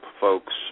folks